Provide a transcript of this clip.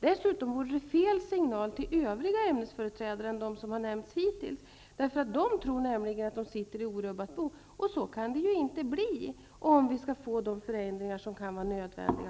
Dessutom vore det ju en felaktig signal till andra ämnesföreträdare än dem som hittills har nämnts. De tror nämligen att de sitter i orubbat bo. Men så kan det ju inte bli, om vi skall få de förändringar på schemat som kan vara nödvändiga.